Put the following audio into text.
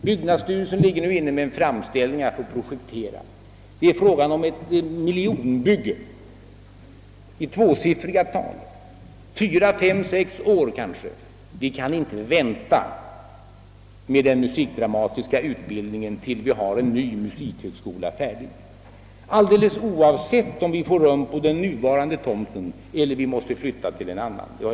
Byggnadsstyrelsen har gjort framställning om att få projektera, men det är fråga om ett miljonbygge, i tvåsiffriga tal, som kanske tar fyra, fem eller sex år. Vi kan inte vänta med den musikdramatiska utbildningen tills en ny musikhögskola blir färdig, alldeles oavsett om den får rum på den nuvarande tomten eller måste flyttas till en annan.